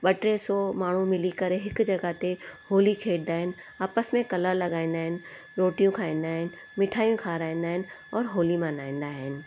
ॿ टे सौ माण्हू मिली करे हिक जॻह ते होली खेॾंदा आहिनि आपस में कलर लॻाईंदा आहिनि रोटियूं खाईंदा आहिनि मिठाइयूं खाराईंदा आहिनि और होली मल्हाईंदा आहिनि